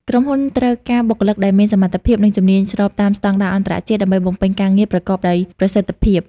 ក្រុមហ៊ុនត្រូវការបុគ្គលិកដែលមានសមត្ថភាព និងជំនាញស្របតាមស្តង់ដារអន្តរជាតិ ដើម្បីបំពេញការងារប្រកបដោយប្រសិទ្ធភាព។